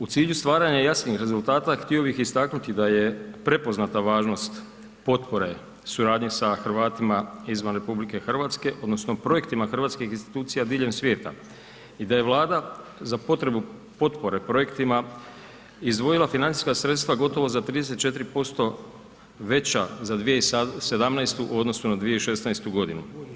U cilju stvaranja jasnih rezultata htio bih istaknuti da je prepoznata važnost potpore, suradnje sa Hrvatima izvan RH, odnosno projektima hrvatskih institucija diljem svijeta i da je Vlada za potrebu potpore projektima izdvojila financijska sredstva gotovo za 34% veća za 2017. u odnosu na 2016. godinu.